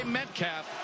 Metcalf